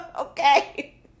Okay